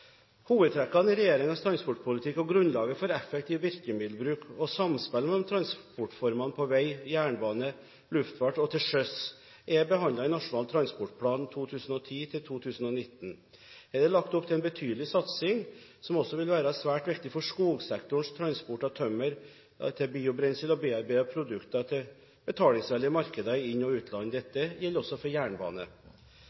Hovedtrekkene i regjeringens transportpolitikk og grunnlaget for effektiv virkemiddelbruk og samspill mellom transportformene på vei, jernbane, i luftfart og til sjøs er behandlet i Nasjonal transportplan for 2010–2019. Her er det lagt opp til en betydelig satsing, som også vil være svært viktig for skogsektorens transport av tømmer, biobrensel og bearbeidede produkter til betalingsvillige markeder i inn- og utland. Dette